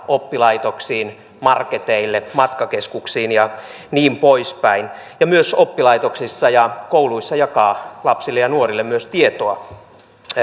oppilaitoksiin marketeille matkakeskuksiin ja niin poispäin ja myös oppilaitoksissa ja kouluissa täytyy jakaa lapsille ja nuorille tietoa